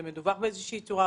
זה מדווח באיזו שהיא צורה?